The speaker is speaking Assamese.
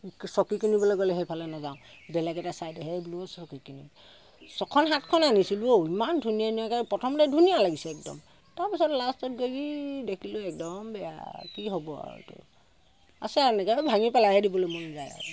চকী কিনিবলৈ গ'লে সেইফালে নেযাওঁ বেলেগ এটা ছাইডেহে বোলো চকী কিনিম ছখন সাতখন আনিছিলোঁ অ' ইমান ধুনীয়া ধুনীয়াকৈ প্ৰথমতে ধুনীয়া লাগিছিলে একদম তাৰপিছত লাষ্টত গৈ ই দেখিলোঁ একদম বেয়া কি হ'ব আৰু তো আছে এনেকৈ এই ভাঙি পেলায়ে দিবলৈ মন যায়